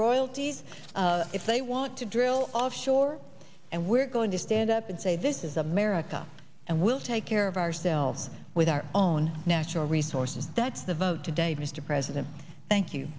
royalties if they want to drill offshore and we're going to stand up and say this is america and we'll take care of ourselves with our own natural resources that's the vote today mr president thank you